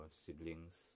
siblings